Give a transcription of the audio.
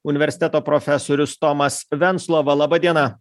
universiteto profesorius tomas venclova laba diena